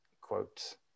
quote